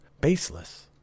baseless